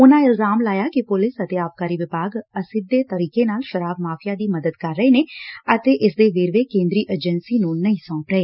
ਉਨਾਂ ਇਲਜ਼ਾਮ ਲਾਇਆ ਕਿ ਪੁਲਿਸ ਅਤੇ ਆਬਾਕਾਰੀ ਵਿਭਾਗ ਅਸਿੱਧੇ ਤਰੀਕੇ ਨਾਲ ਸ਼ਰਾਬ ਮਾਫ਼ੀਆ ਦੀ ਮਦਦ ਕਰ ਰਹੇ ਨੇ ਅਤੇ ਇਸ ਦੇ ਵੇਰਵੇ ਕੇ ਂਦਰੀ ਏਜੰਸੀ ਨੂੰ ਨਹੀਂ ਸੌਂਪ ਰਹੇ